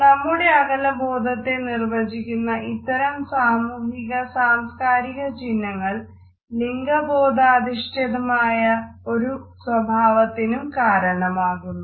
നമ്മുടെ അകലബോധത്തെ നിർവ്വചിക്കുന്ന ഇത്തരം സാമൂഹിക സാംസ്കാരിക ചിഹ്നങ്ങൾ ലിംഗബോധാധിഷ്ഠിതമായ ഒരു സ്വഭാവത്തിനും കാരണമാകുന്നു